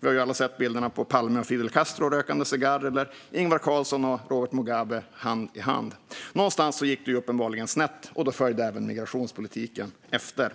Vi har alla sett bilderna på Palme och Fidel Castro när de rökte cigarr och Ingvar Carlsson och Robert Mugabe hand i hand. Någonstans gick det uppenbarligen snett, och då följde även migrationspolitiken efter.